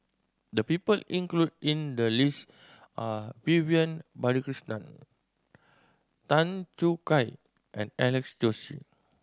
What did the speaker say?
the people included in the list are Vivian Balakrishnan Tan Choo Kai and Alex Josey